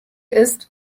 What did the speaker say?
ist